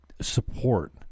support